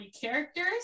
characters